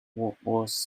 worse